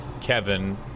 Kevin